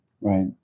Right